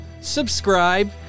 subscribe